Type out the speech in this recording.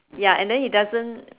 ya and then he doesn't